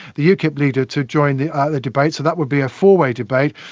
the ukip leader to join the ah the debate, so that would be a four-way debate.